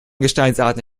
gesteinsarten